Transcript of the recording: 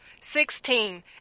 Sixteen